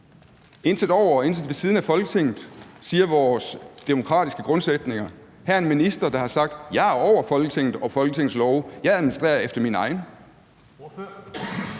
Intet over og intet ved siden af Folketinget, siger vores demokratiske grundsætninger, og her er der en minister, der har sagt: Jeg er over Folketinget og Folketingets love; jeg administrerer efter min egen